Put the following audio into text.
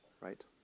right